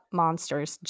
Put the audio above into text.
monsters